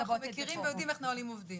אנחנו מכירים ויודעים איך נהלים עובדים,